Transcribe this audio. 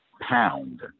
pound